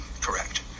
correct